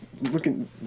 looking